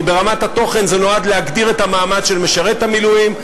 כי ברמת התוכן זה נועד להגדיר את המעמד של משרת המילואים,